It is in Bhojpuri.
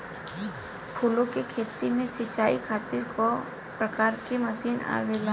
फूलो के खेती में सीचाई खातीर कवन प्रकार के मशीन आवेला?